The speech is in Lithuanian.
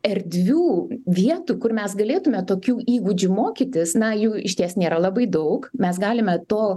erdvių vietų kur mes galėtume tokių įgūdžių mokytis na jų išties nėra labai daug mes galime to